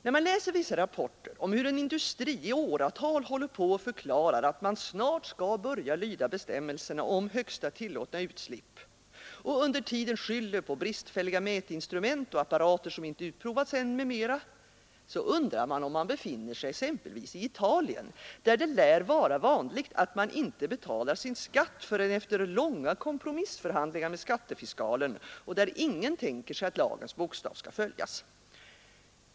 När man läser vissa rapporter om hur en industri i åratal håller på och förklarar att man snart skall börja lyda bestämmelserna om högsta tillåtna utsläpp och under tiden skyller på bristfälliga mätinstrument, apparater som inte utprovats än m.m., så undrar man om man befinner sig exempelvis i Italien, där det lär vara vanligt att man inte betalar sin skatt förrän efter långa kompromissförhandlingar med skattefiskalen och där ingen tänker sig att lagens bokstav skall följas.